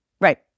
Right